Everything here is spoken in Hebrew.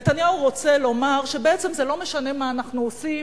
נתניהו רוצה לומר שבעצם זה לא משנה מה אנחנו עושים,